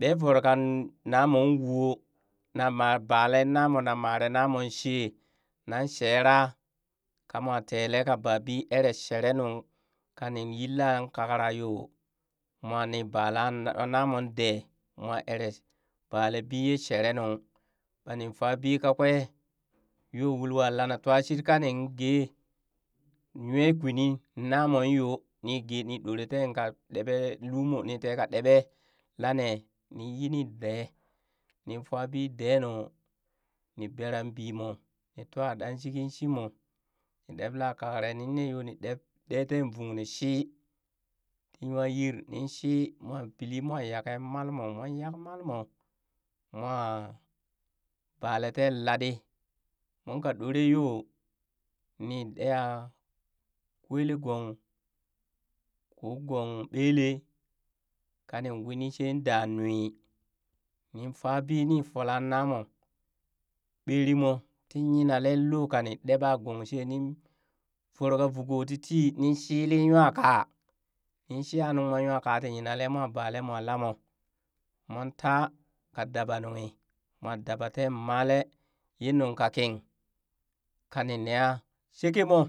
Ɓee voro ka na moon wo na ma baleee na moo na mare namon shee nan sheera kamoo tele ka babi eree shenung kanin yila kakra yoo mwa nii balee nnnamoon dee mwa ere balebi yee shere nuŋ, ka nin fa bi kakwee yoo ulwa lana tuwa shit kanin gee nywa kwini namong yoo nii ge ni ɗor teen ka ɗeɓe lumo ni teka ɗeɓee lane nin yi ni dee nin faa bii dee nuu ni beran bii mo ni twan ɗanshikin shimo, nii debla kakra ɗeb ɗee teen vung nii shii, nywa yir nin shii mwa pilli mwa yake malmo, mon yak malmo, moo baa lee teen laɗi moonka ɗoree yoo, ni deha kwele gong ƙoo gong bele kanin winee shee da nwi nin faa bii ni fola namoo ɓerii moo tii yinalee loo kani deeba gong she nin voro ka vuko ti tii nin shili nywa kaa ninshiya nuŋ mon nywa kaa tii yinalee, mwa bale mwa lamo. Mon taa ka dabanunghi mwa dabateen malee ye nuŋkakin kani neyaa sakemoo